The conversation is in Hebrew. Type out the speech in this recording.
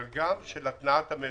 מתוך תפיסה של התנעת המשק.